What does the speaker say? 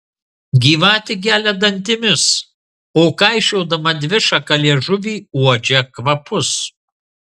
gyvatė gelia dantimis o kaišiodama dvišaką liežuvį uodžia kvapus